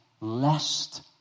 lest